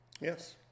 yes